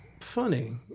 funny